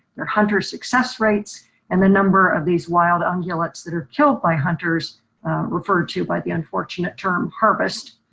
their hunter success rates and the number of these wild and ah annulets that are killed by hunters referred to by the unfortunate term harvest.